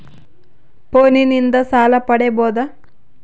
ಫೋನಿನಿಂದ ಸಾಲ ಪಡೇಬೋದ?